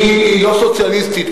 כי היא לא סוציאליסטית,